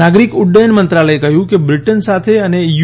નાગરિક ઉડ્ડયન મંત્રાલયે કહ્યું કે બ્રિટન સાથે અને યુ